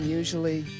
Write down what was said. usually